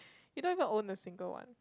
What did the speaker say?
you don't even own a single one